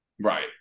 Right